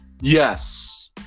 Yes